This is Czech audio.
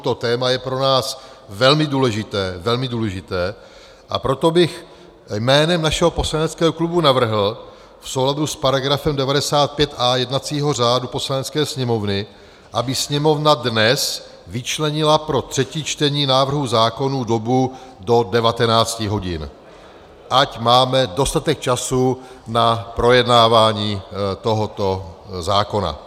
To téma je pro nás velmi důležité, velmi důležité, a proto bych jménem našeho poslaneckého klubu navrhl v souladu s § 95a jednacího řádu Poslanecké sněmovny, aby Sněmovna dnes vyčlenila pro třetí čtení návrhů zákonů dobu do 19 hodin, ať máme dostatek času na projednávání tohoto zákona.